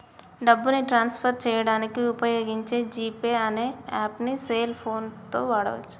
డబ్బుని transfer చేయడానికి వుపయోగించే జీ పే అనే యాప్పుని సెల్ ఫోన్ తో వాడచ్చు